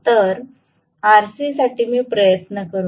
तर Rc साठी मी प्रयत्न करू